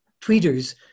tweeters